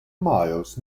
miles